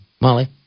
Molly